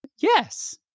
Yes